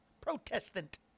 protestant